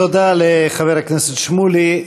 תודה לחבר הכנסת שמולי.